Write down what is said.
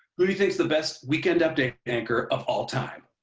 who do you think's the best weekend update anchor of all time?